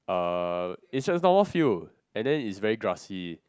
uh it's just a normal field and then is very grassy